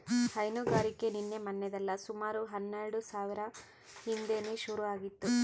ಹೈನುಗಾರಿಕೆ ನಿನ್ನೆ ಮನ್ನೆದಲ್ಲ ಸುಮಾರು ಹನ್ನೆಲ್ಡು ಸಾವ್ರ ಹಿಂದೇನೆ ಶುರು ಆಗಿತ್ತು